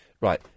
Right